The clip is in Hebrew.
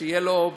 ושיהיה לו,